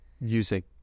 using